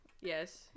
Yes